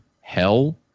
Hell